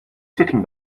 sitting